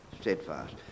steadfast